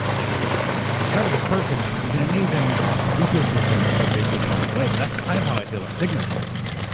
and you would just discover this person. and it was an amazing ecosystem that has basically gone away. but that's kind of how i feel about signal problems.